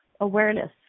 awareness